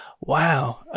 Wow